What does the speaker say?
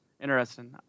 Interesting